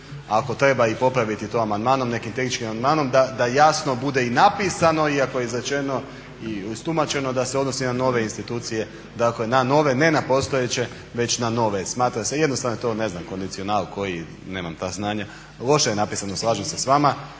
ako treba i popraviti to amandmanom, nekim tehničkim amandmanom da jasno bude i napisano iako je izrečeno i istumačeno da se odnosi na nove institucije, dakle na nove, ne na postojeće već na nove. Smatra se jednostavno to je ne znam kondicional koji, nemam ta znanja. Loše je napisano slažem se sa vama.